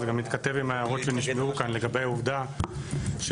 זה גם מתכתב עם ההערות שנשמעו כאן לגבי העובדה שהזכאות